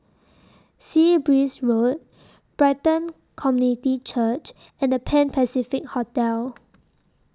Sea Breeze Road Brighton Community Church and The Pan Pacific Hotel